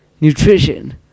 Nutrition